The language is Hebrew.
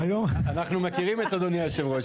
אנחנו מכירים את אדוני יושב הראש,